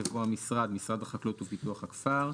יבוא: "המשרד" משרד החקלאות ופיתוח הכפר,